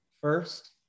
First